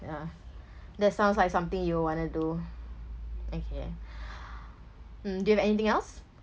yeah that sounds like something you will wanna do okay mm do you have anything else